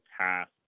task